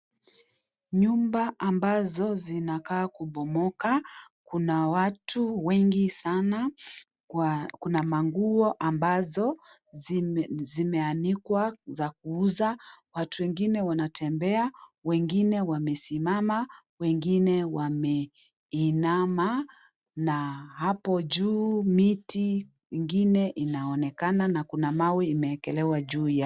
Nyumba ambazo zinakaa kubomoka, kuna watu wengi sana. Kuna manguo ambazo zimeanikwa za kuuza. Watu wengine wanatembea, wengine wamesimama, wengine wameinama na hapo juu miti ingine inaonekana na kuna mawe imewekelewa juu yake .